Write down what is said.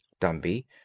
Dumby